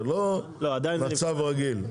זה לא מצב רגיל.